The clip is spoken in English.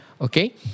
Okay